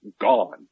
gone